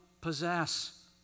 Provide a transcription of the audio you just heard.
possess